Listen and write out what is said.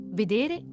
vedere